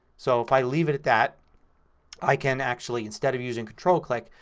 so if i leave it at that i can actually, instead of using control click,